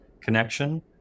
connection